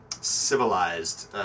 civilized